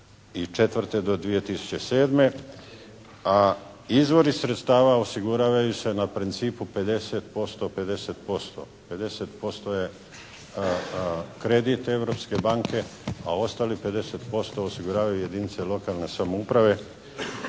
izvori sredstava osiguravaju se na principu 50%:50%. 50% je kredit Europske banke a ostalih 50% osiguravaju jedinice lokalne samouprave